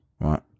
Right